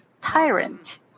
tyrant